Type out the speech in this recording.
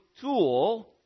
tool